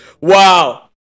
Wow